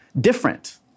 different